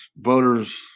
voters